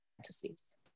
fantasies